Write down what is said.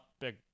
big